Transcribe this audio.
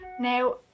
Now